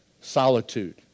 solitude